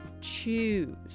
choose